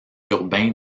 urbain